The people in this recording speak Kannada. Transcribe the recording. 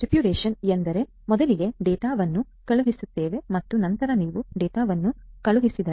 ರೆಪುಡಿಯೇಷನ್ ಎಂದರೆ ಮೊದಲಿಗೆ ಡೇಟಾ ವನ್ನ್ನು ಕಳಿಹಿಸುತ್ತೇವೆ ಮತ್ತು ನಂತರ ನೀವು ಡಾಟಾವನ್ನು ಕಳಿಹಿಸಿದಿರಿ ಎಂದು ನಿರಾಕರಿಸುತ್ತಿರಿ